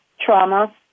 trauma